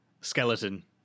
skeleton